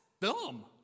dumb